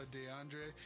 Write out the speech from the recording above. DeAndre